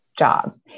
Job